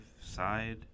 side